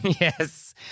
Yes